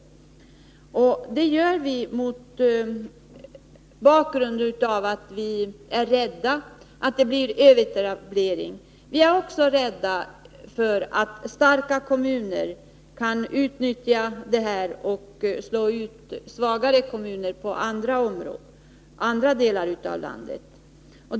Detta gör vi därför att vi är rädda för att det skall bli överetablering. Vi är också rädda för att starka kommuner kan utnyttja denna möjlighet till att slå ut svagare kommuner i andra delar av landet.